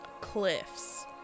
cliffs